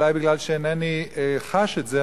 אולי מכיוון שאינני חש את זה,